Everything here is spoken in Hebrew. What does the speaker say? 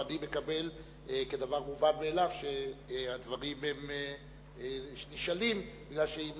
ואני מקבל כדבר מובן מאליו שהדברים נשאלים מפני שהם